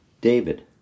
David